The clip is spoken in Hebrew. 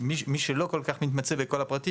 ומי שלא כל כך מתמצא בכל הפרטים,